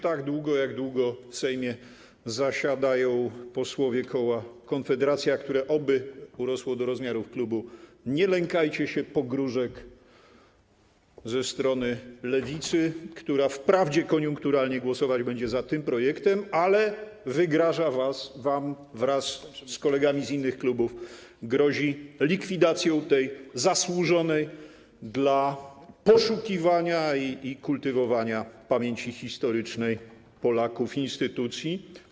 Tak długo, jak długo w Sejmie zasiadają posłowie koła Konfederacja, które oby urosło do rozmiaru klubu, nie lękajcie się pogróżek ze strony Lewicy, która wprawdzie koniunkturalnie głosować będzie za tym projektem, ale wygraża wam, wraz kolegami z innych klubów grozi likwidacją tej zasłużonej dla poszukiwania i kultywowania pamięci historycznej Polaków instytucji.